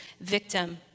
victim